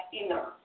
inner